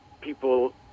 people